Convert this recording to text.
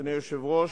אדוני היושב-ראש,